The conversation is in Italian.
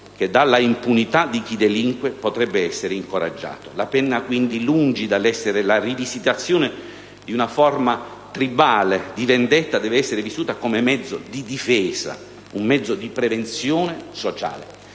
che dalla impunità di chi delinque potrebbe essere incoraggiato. La pena quindi, lungi dall'essere la rivisitazione di una forma tribale di vendetta, deve essere vissuta come un mezzo di difesa, un mezzo di prevenzione sociale.